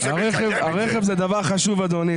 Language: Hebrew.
הרכב הוא דבר חשוב אדוני.